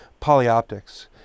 polyoptics